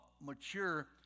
mature